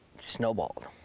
snowballed